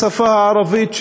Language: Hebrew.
בשפה הערבית,